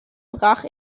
brach